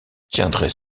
tiendrait